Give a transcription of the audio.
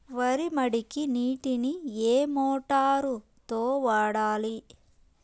వరి మడికి నీటిని ఏ మోటారు తో వాడాలి?